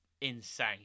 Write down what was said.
insane